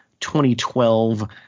2012